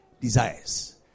desires